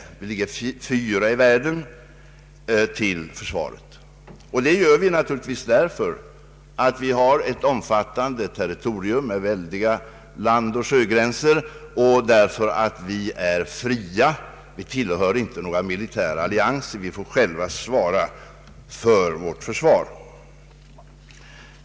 Vi ligger fyra i världen i fråga om försvarskostnader per invånare. Och det gör vi naturligtvis därför att vi har ett omfattande territorium med väldiga landoch sjögränser och därför att vi är fria — vi tillhör inte någon militär allians utan får själva sörja för vårt försvar.